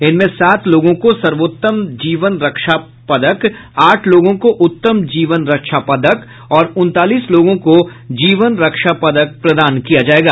इनमें सात लोगों को सर्वोत्तम जीवन रक्षा पदक आठ लोगों को उत्तम जीवन रक्षा पदक और उनतालीस लोगों को जीवन रक्षा पदक प्रदान किया जाएगा